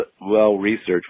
well-researched